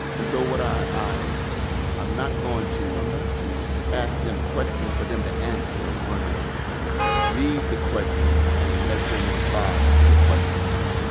and so what i i i'm not going to to ask them questions for them to answer. i'm going to read the questions, and let them respond to the questions.